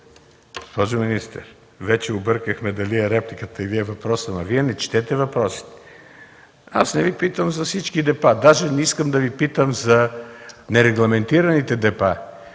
Госпожо министър, вече объркахме дали е реплика или е въпрос. Но Вие не четете въпросите. Аз не Ви питам за всички депа. Даже не искам да Ви питам за нерегламентираните депа.